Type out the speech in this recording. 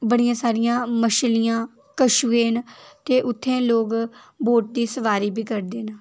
बड़ियां सारियां मच्छलियां कछुए न केह् उत्थें लोक बोट दी सवारी करदे न